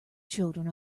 children